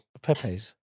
pepes